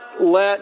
let